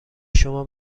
شما